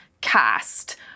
cast